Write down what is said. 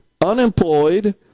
unemployed